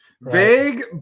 Vague